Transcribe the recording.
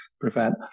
PREVENT